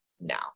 now